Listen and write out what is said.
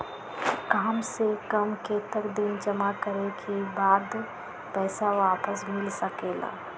काम से कम कतेक दिन जमा करें के बाद पैसा वापस मिल सकेला?